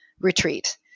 retreat